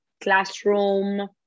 classroom